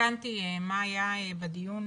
שהתעדכנתי מה היה בדיון